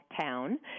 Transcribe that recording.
town